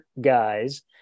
guys